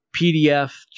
PDF